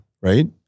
right